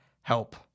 help